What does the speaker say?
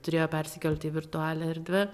turėjo persikelt į virtualią erdvę